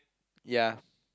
ya